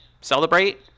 celebrate